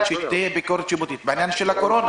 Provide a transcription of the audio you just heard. שתהיה ביקורת שיפוטית בעניין של הקורונה.